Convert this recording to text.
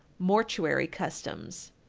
mortuary customs.